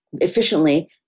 efficiently